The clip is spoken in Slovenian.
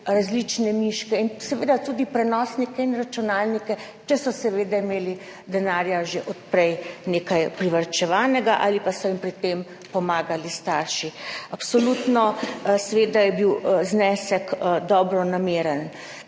različne miške in seveda tudi prenosnike in računalnike, če so seveda imeli denarja že od prej nekaj privarčevaneg, ali pa so jim pri tem pomagali starši. Absolutno je bil znesek dobronameren